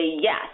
yes